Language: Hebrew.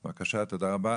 בבקשה, תודה רבה.